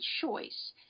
choice